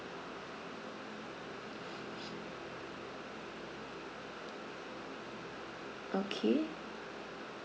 okay